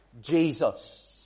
Jesus